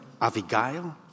Avigail